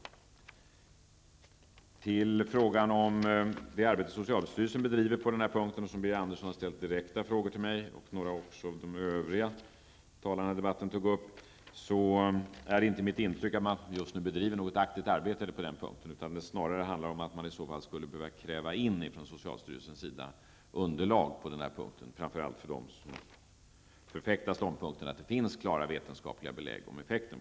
Beträffande frågan om det arbete som socialstyrelsen bedriver i fråga om detta och som Birger Andersson och några andra har ställt direkta frågor till mig om, är det mitt intryck att man inte just nu bedriver något aktivt arbete. Snarare handlar det om att man från socialstyrelsens sida skulle behöva kräva in underlag på den här punkten, framför allt för dem som förfäktar den åsikten att det finns klara vetenskapliga belägg för effekterna.